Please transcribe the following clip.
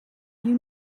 you